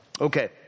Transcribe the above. Okay